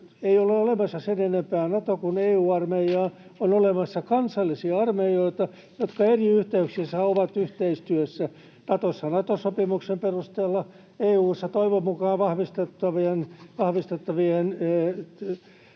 Ei ole olemassa sen enempää Nato- kuin EU-armeijaa. On olemassa kansallisia armeijoita, jotka eri yhteyksissä ovat yhteistyössä, Natossa Nato-sopimuksen perusteella, EU:ssa toivon mukaan vahvistettavien